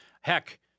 Heck